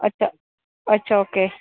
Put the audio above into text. अच्छा अच्छा ओके